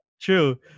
True